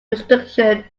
restriction